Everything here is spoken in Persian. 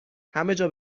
همهجا